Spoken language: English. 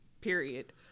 period